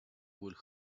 would